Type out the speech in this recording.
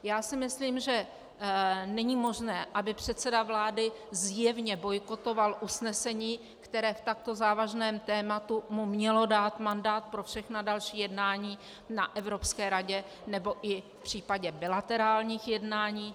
Já si myslím, že není možné, aby předseda vlády zjevně bojkotoval usnesení, které mu v takto závažném tématu mělo dát mandát pro všechna další jednání na Evropské radě nebo i v případě bilaterárních jednání.